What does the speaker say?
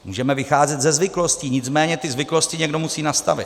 Můžeme vycházet ze zvyklostí, nicméně ty zvyklosti někdo musí nastavit.